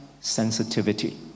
sensitivity